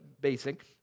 basic